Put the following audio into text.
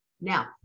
Now